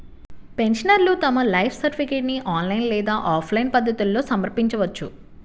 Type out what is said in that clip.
పెన్షనర్లు తమ లైఫ్ సర్టిఫికేట్ను ఆన్లైన్ లేదా ఆఫ్లైన్ పద్ధతుల్లో సమర్పించవచ్చు